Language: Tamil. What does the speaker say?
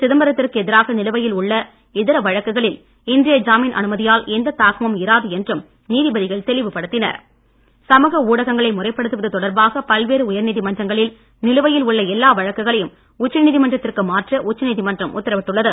சிதம்பரத்திற்கு எதிராக நிலுவையில் உள்ள இதர வழக்குகளில் இன்றைய ஜாமின் அனுமதியால் எந்த தாக்கமும் இராது என்றும் நீதிபதிகள் தெளிவு படுத்தினர் சமுக ஊடகங்களை முறைப்படுத்துவது தொடர்பாக பல்வேறு உயர்நீதிமன்றங்களில் நிலுவையில் உள்ள எல்லா வழக்குகளையும் உச்சநீதிமன்றத்திற்கு மாற்ற உச்சநீதிமன்றம் உத்தரவிட்டுள்ளது